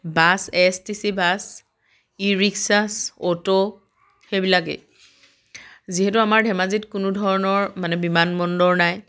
bus A S T C bus e rickshaws auto সেইবিলাকেই যিহেতু আমাৰ ধেমাজিত কোনো ধৰণৰ মানে বিমান বন্দৰ নাই